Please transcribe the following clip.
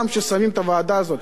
כל פעם ששמים את הוועדה הזאת,